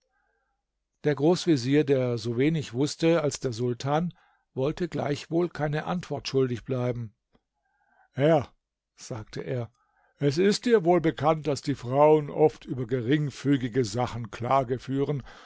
der großvezier der es so wenig wußte als der sultan wollte gleichwohl keine antwort schuldig bleiben herr sagte er es ist dir wohl bekannt daß die frauen oft über geringfügige sachen klage führen